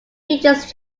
features